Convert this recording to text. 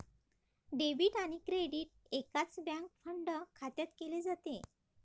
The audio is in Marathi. डेबिट आणि क्रेडिट एकाच बँक फंड खात्यात केले जाते